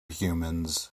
humans